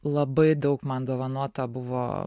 labai daug man dovanota buvo